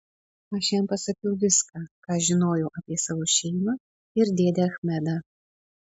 aš jam pasakiau viską ką žinojau apie savo šeimą ir dėdę achmedą